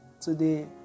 today